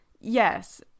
Yes